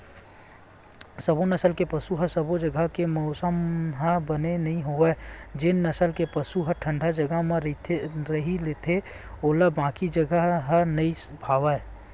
सबो नसल के पसु बर सबो जघा के मउसम ह बने नइ होवय जेन नसल के पसु ह ठंडा जघा म रही लेथे ओला बाकी जघा ह नइ भावय